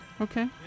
Okay